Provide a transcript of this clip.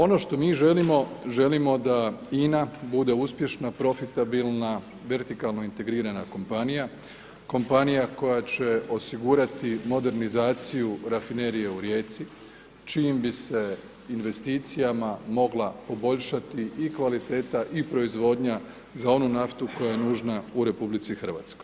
Ono što mi želimo, želimo da INA bude uspješna, profitabilna, vertikalno integrirana kompanija, kompanija koja će osigurati modernizaciju Rafinerije u Rijeci, čijim bi se investicijama mogla poboljšati i kvaliteta i proizvodnja za onu naftu koja je nužna u RH.